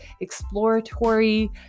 exploratory